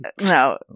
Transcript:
No